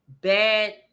bad